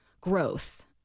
growth